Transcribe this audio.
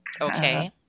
Okay